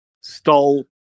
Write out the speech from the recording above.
stole